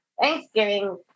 Thanksgiving